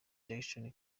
jackson